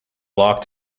locked